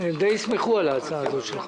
הם די ישמחו על ההצעה הזאת שלך.